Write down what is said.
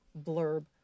blurb